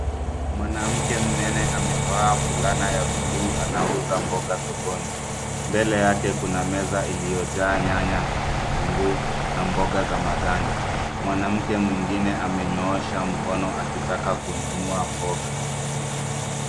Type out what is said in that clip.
Mwanamke mnene amevaa fulana ya bluu. Anauza mboga sokoni. Mbele yake kuna meza iliyojaa nyanya, kitunguu na mboga za majani. Mwanamke mwingine amenyoosha mkono akitaka kununua mboga.